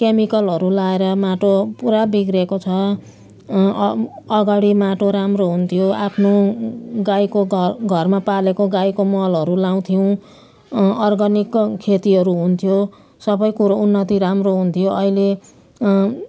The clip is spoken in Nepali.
केमिकलहरू लगाएर माटो पुरा बिग्रिएको छ अ अगाडि माटो राम्रो हुन्थ्यो आफ्नो गाईको घरमा पालेको गाईको मलहरू लगाउँथ्यौँ अर्ग्यानिक खेतीहरू हुन्थ्यो सबै कुरो उन्नति राम्रो हुन्थ्यो अहिले